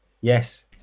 yes